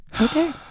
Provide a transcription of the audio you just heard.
Okay